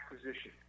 acquisition